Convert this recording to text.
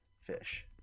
fish